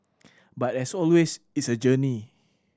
but as always it's a journey